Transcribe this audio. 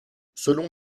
selon